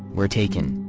were taken.